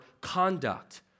conduct